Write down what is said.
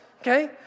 okay